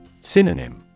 Synonym